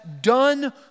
done